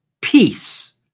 peace